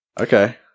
Okay